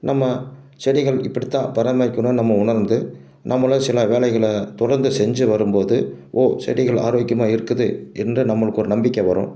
நம்ம செடிகள் இப்படித்தான் பராமரிக்கணும் நம்ம உணர்ந்து நம்மளே சில வேலைகளை தொடர்ந்து செஞ்சு வரும்போது ஓ செடிகள் ஆரோக்கியமாக இருக்குது என்று நம்மளுக்கு ஒரு நம்பிக்கை வரும்